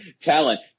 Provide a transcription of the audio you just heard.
talent